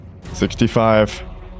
65